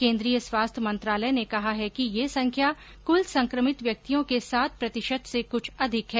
केन्द्रीय स्वास्थ्य मंत्रालय ने कहा है कि यह संख्या कृल संक्रमित व्यक्तियों के सात प्रतिशत से कुछ अधिक है